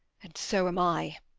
and so am i